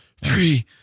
Three